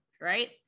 Right